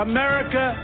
America